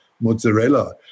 mozzarella